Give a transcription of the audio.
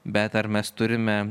bet ar mes turime